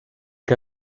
que